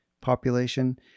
population